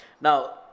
Now